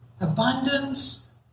abundance